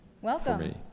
Welcome